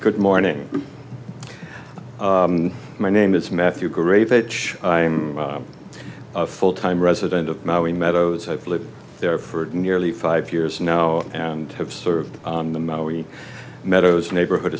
good morning my name is matthew gray fetch i'm a full time resident of maui meadows i've lived there for nearly five years now and have served in the maui meadows neighborhood